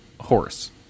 horse